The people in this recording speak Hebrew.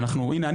והנה אני